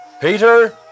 Peter